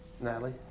Natalie